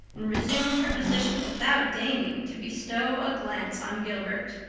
and resumed her position without deigning to bestow a glance on gilbert.